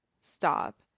stop